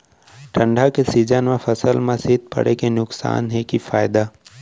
ठंडा के सीजन मा फसल मा शीत पड़े के नुकसान हे कि फायदा?